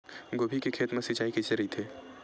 गोभी के खेत मा सिंचाई कइसे रहिथे?